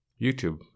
YouTube